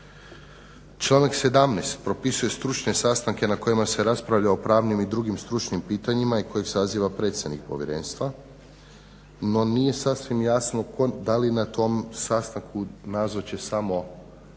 Članak 17. propisuje stručne sastanke na kojima se raspravlja o pravnim i drugim stručnim pitanjima koje saziva predsjednik povjerenstva, no nije sasvim jasno da li na tom sastanku nazoče samo